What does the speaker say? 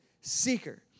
seeker